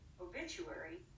obituary